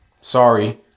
Sorry